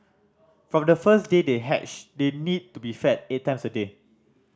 from the first day they hatch they need to be fed eight times a day